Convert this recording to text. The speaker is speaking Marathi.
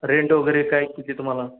रेंट वगैरे काय किती तुम्हाला